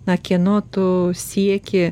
na kieno tu sieki